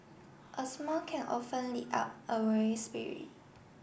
a smile can often lift up a weary spirit